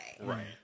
Right